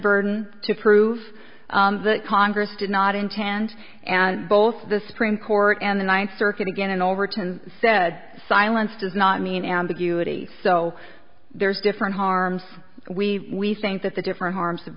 burden to prove that congress did not intend and both the supreme court and the ninth circuit again and overturn said silence does not mean ambiguity so there's different harms we think that the different harms have